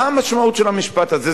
מה המשמעות של המשפט הזה?